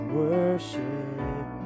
worship